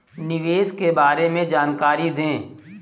निवेश के बारे में जानकारी दें?